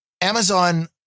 Amazon